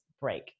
break